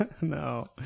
no